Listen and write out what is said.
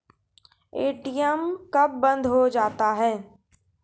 ATM कब बंद हो जाता हैं?